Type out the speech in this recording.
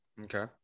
Okay